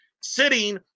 sitting